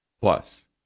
Plus